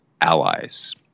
allies